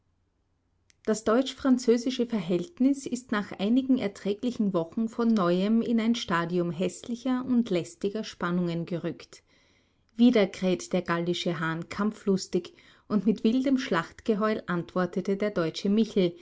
das deutsch-französische verhältnis ist nach einigen erträglichen wochen von neuem in ein stadium häßlicher und lästiger spannungen gerückt wieder kräht der gallische hahn kampflustig und mit wildem schlachtgeheul antwortete der deutsche michel